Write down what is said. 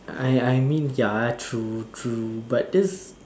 I I mean ya true true but this